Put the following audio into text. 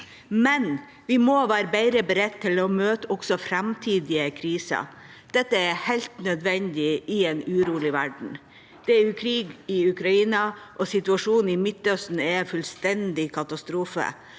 men vi må være bedre beredt til å møte også framtidige kriser. Det er helt nødvendig i en urolig verden. Det er krig i Ukraina, og situasjonen i Midtøsten er en fullstendig katastrofe.